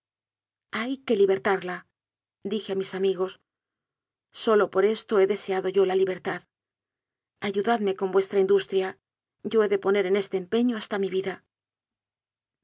hay que libertarladije a mis ami gos sólo por esto he deseado yo la libertad ayudadme con vuestra industria yo he de poner en este empeño hasta mi vida